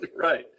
Right